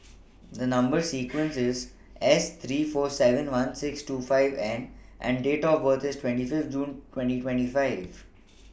The Number sequence IS S three four seven one six two five N and Date of birth IS twenty five June twenty twenty five